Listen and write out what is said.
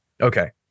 Okay